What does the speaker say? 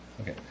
Okay